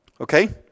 Okay